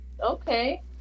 Okay